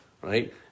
Right